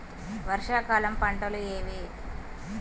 వర్షాకాలం పంటలు ఏవి?